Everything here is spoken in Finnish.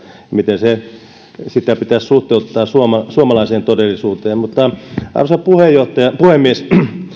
miten sitä pitäisi suhteuttaa suomalaiseen todellisuuteen arvoisa puhemies